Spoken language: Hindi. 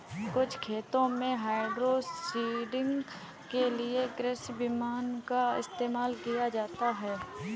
कुछ खेतों में हाइड्रोसीडिंग के लिए कृषि विमान का इस्तेमाल किया जाता है